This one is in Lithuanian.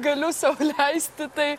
galiu sau leisti tai